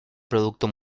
productor